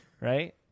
Right